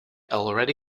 already